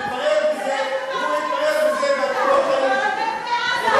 אני מודיע כאן לחברי הכנסת: מי שיכנה את חיילי